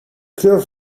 kleur